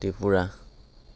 Tripura